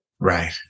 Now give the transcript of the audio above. Right